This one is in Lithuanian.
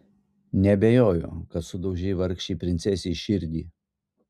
neabejoju kad sudaužei vargšei princesei širdį